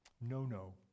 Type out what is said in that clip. no-no